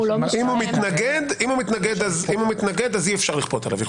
אם הוא מתנגד אז אי אפשר לכפות עליו איחוד.